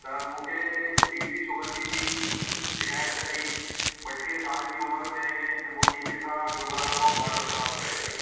त मूंखे B P sugar जी बि शिकाइत रही बटीह साल जी उमिरि में मुंहिंजी जेका शुगर आहे हूअ बॉडर क्रोस करे पई